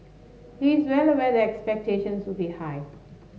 he is well aware that expectations will be high